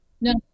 No